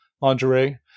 lingerie